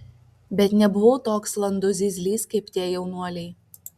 bet nebuvau toks landus zyzlys kaip tie jaunuoliai